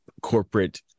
corporate